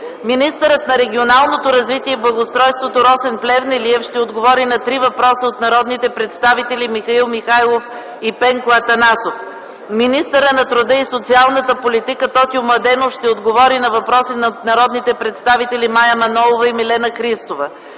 Министърът на регионалното развитие и благоустройството Росен Плевнелиев ще отговори на три въпроса от народните представители Михаил Михайлов – 2 въпроса, и Пенко Атанасов. Министърът на труда и социалната политика Тотю Младенов ще отговори на въпрос от народните представители Мая Манолова и Милена Христова.